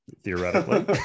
theoretically